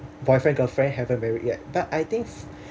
boyfriend girlfriend haven't married yet but I think